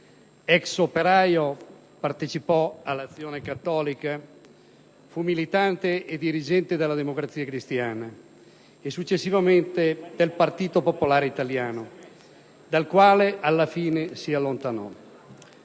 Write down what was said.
Ex operaio, partecipò all'Azione Cattolica, fu militante e dirigente della Democrazia Cristiana e successivamente del Partito Popolare Italiano, dal quale alla fine si allontanò.